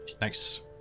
Nice